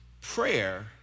prayer